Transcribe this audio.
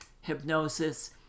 hypnosis